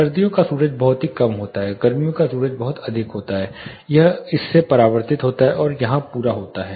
सर्दियों का सूरज बहुत कम है गर्मियों का सूरज बहुत अधिक है यह इस से परावर्तित होता है और यहां पूरा होता है